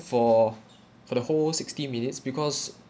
for for the whole sixty minutes because